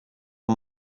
amb